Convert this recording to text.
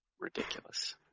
Ridiculous